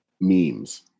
memes